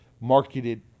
marketed